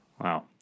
Wow